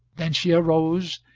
then she arose,